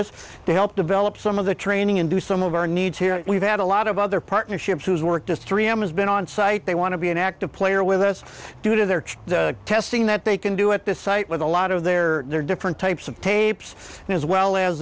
us to help develop some of the training into some of our needs here we've had a lot of other partnerships who's worked at three am has been on site they want to be an active player with us to do their testing that they can do at this site with a lot of their different types of tapes and as well as